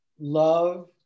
love